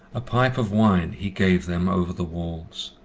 a pipe of wine he gave them over the walls,